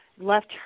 left